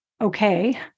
okay